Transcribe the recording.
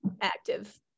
active